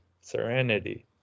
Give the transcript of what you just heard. serenity